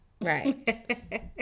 Right